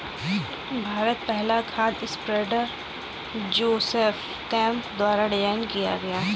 सबसे पहला खाद स्प्रेडर जोसेफ केम्प द्वारा डिजाइन किया गया था